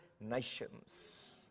nations